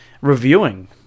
reviewing